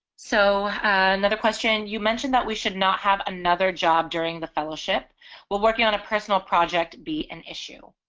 so another question you mentioned that we should not have another job during the fellowship while working on a personal project be an issue